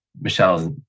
Michelle's